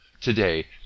Today